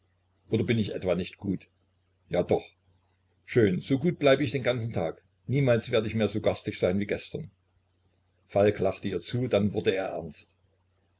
oder bin ich etwa nicht gut ja doch schön so gut bleib ich den ganzen tag niemals werd ich mehr so garstig sein wie gestern falk lachte ihr zu dann wurde er ernst